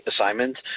assignment